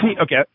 okay